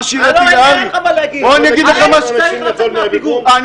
אין לך מה להגיד, העץ צריך לצאת מהפיגום.